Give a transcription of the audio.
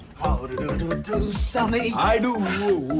do do and do sunny? i do